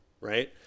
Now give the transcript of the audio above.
right